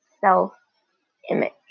self-image